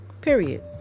period